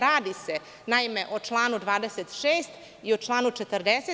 Radi se o članu 26. i o članu 40.